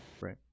right